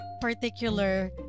particular